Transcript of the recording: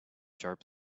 sharp